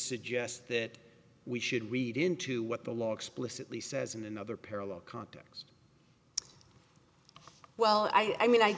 suggest that we should read into what the law explicitly says in another parallel context well i mean i